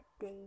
day